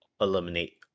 eliminate